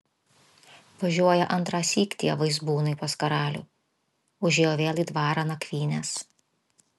važiuoja antrąsyk tie vaizbūnai pas karalių užėjo vėl į dvarą nakvynės